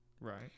Right